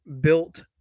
built